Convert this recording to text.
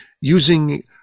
using